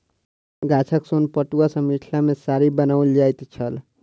गाछक सोन पटुआ सॅ मिथिला मे साड़ी बनाओल जाइत छल